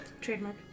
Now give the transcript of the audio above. Trademark